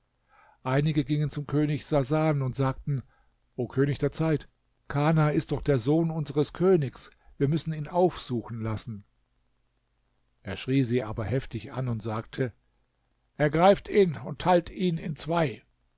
einige gingen zum könig sasan und sagten o könig der zeit kana ist doch der sohn unseres königs wir müssen ihn aufsuchen lassen er schrie sie aber heftig an und sagte ergreift ihn und teilt ihn in zwei